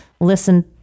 listen